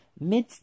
mid